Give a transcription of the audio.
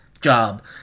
job